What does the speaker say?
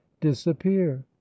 disappear